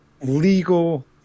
legal